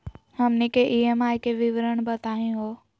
हमनी के ई.एम.आई के विवरण बताही हो?